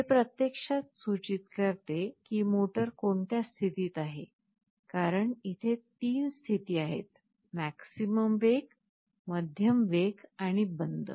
हे प्रत्यक्षात सूचित करते की मोटर कोणत्या स्तिथीत आहे आहे कारण इथे 3 स्तिथी आहेत मॅक्सिमम वेग मध्यम वेग आणि बंद